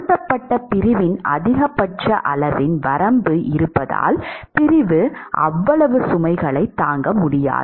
உருட்டப்பட்ட பிரிவின் அதிகபட்ச அளவின் வரம்பு இருப்பதால் பிரிவு அவ்வளவு சுமைகளைத் தாங்க முடியாது